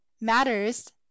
matters